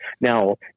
Now